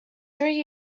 three